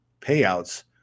payouts